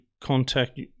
contact